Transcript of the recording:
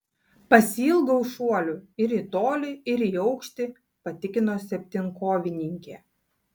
pasiilgau šuolių ir į tolį ir į aukštį patikino septynkovininkė